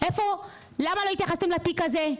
למה לא התייחסתם לתיק הזה,